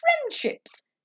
friendships